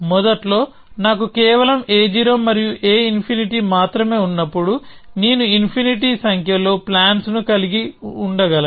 మొదట్లో నాకు కేవలం a0 మరియు a∞ మాత్రమే ఉన్నప్పుడు నేను ఇన్ఫినిటీ సంఖ్యలో ప్లాన్స్ ను కలిగి ఉండగలను